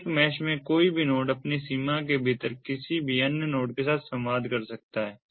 तो एक मैश में कोई भी नोड अपनी सीमा के भीतर किसी भी अन्य नोड के साथ संवाद कर सकता है